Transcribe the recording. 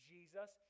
Jesus